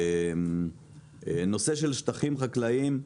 נושא של שטחים חקלאיים,